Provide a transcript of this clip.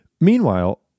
Meanwhile